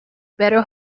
better